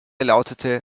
lautete